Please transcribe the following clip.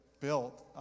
built